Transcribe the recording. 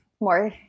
more